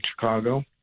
Chicago